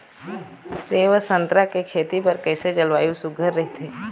सेवा संतरा के खेती बर कइसे जलवायु सुघ्घर राईथे?